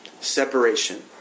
Separation